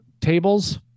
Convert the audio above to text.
tables